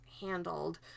handled